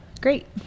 Great